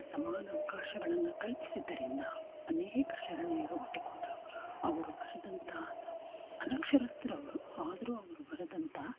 ಸಮಾನ ಅವಕಾಶಗಳನ್ನು ಕಲ್ಪಿಸಿದ್ದರಿಂದ ಅನೇಕ ಶರಣೆಯರು ಹುಟ್ಟಿಕೊಂಡರು ಅವರು ಬರೆದಂತಹ ಅನಕ್ಷರಸ್ಥರು ಅವರು ಆದರೂ ಅವರು ಬರೆದಂತ